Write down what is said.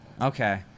Okay